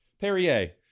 perrier